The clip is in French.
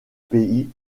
pays